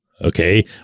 okay